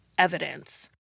evidence